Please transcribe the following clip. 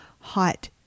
hot